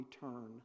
return